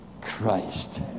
Christ